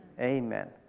Amen